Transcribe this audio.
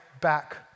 back